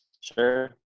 sure